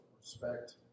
respect